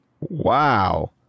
Wow